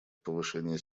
повышение